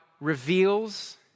reveals